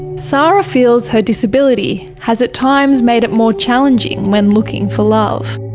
sara feels her disability has at times made it more challenging when looking for love.